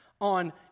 on